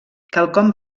quelcom